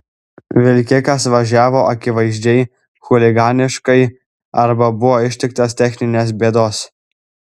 vilkikas važiavo akivaizdžiai chuliganiškai arba buvo ištiktas techninės bėdos